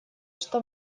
что